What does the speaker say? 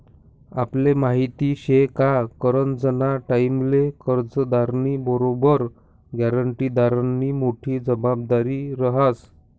आपले माहिती शे का करजंना टाईमले कर्जदारनी बरोबर ग्यारंटीदारनी मोठी जबाबदारी रहास